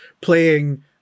playing